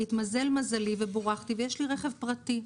שהתמזל מזלי, ובורכתי, ויש לי רכב פרטי.